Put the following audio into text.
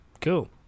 cool